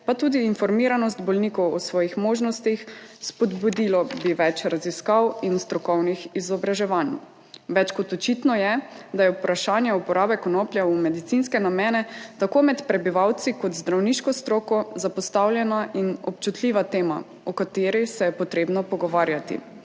pa tudi informiranost bolnikov o svojih možnostih, spodbudilo bi več raziskav in strokovnih izobraževanj. Več kot očitno je, da je vprašanje uporabe konoplje v medicinske namene tako med prebivalci kot zdravniško stroko zapostavljena in občutljiva tema, o kateri se je potrebno pogovarjati.